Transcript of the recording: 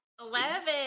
Eleven